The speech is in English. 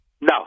No